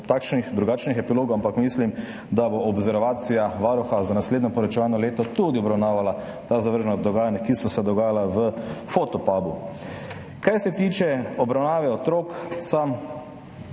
takšnih ali drugačnih epilogov, ampak mislim, da bo observacija Varuha za naslednje poročevalno leto obravnavala tudi ta zavržna dogajanja, ki so se dogajala v Fotopubu. Kar se tiče obravnave otrok, sam